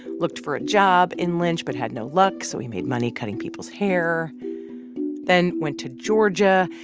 looked for a job in lynch but had no luck. so he made money cutting people's hair then went to georgia,